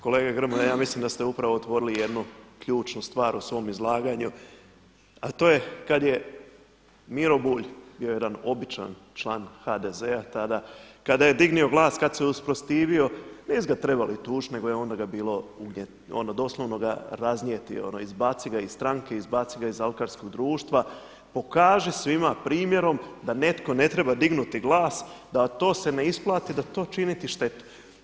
Kolega Grmoja ja mislim da ste upravo otvorili jednu ključnu stvar u svom izlaganju, a to je kada je Miro Bulj bio jedan običan član HDZ-a tada, kada je dignuo glas kada se usprotivio nisu ga trebali tužiti, nego doslovno ga raznijeti ono izbaci ga iz stranke, izbaci ga iz Alkarskog društva, pokaži svima primjerom da netko ne treba dignuti glas da to se ne isplati, da to čini ti štetu.